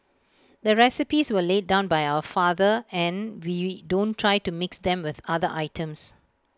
the recipes were laid down by our father and we don't try to mix them with other items